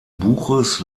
buches